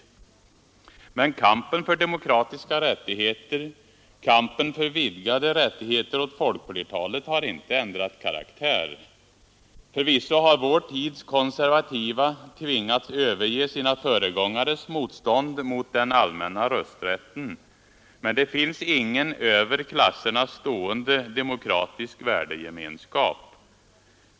Men kampen för demokratiska rättigheter, kampen för vidgade rättigheter åt folkflertalet, har inte ändrat karaktär. Förvisso har vår tids konservativa tvingats överge sina föregångares motstånd mot den allmänna rösträtten. Men det finns ingen över klasserna stående demokratisk värdegemenskap.